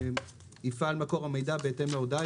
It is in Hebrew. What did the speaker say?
יפעל מקור המידע בהתאם להודעה,